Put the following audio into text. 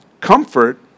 Comfort